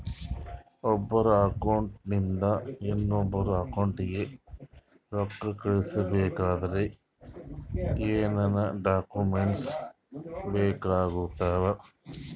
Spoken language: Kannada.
ಒಬ್ಬರ ಅಕೌಂಟ್ ಇಂದ ಇನ್ನೊಬ್ಬರ ಅಕೌಂಟಿಗೆ ರೊಕ್ಕ ಕಳಿಸಬೇಕಾದ್ರೆ ಏನೇನ್ ಡಾಕ್ಯೂಮೆಂಟ್ಸ್ ಬೇಕಾಗುತ್ತಾವ?